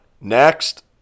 Next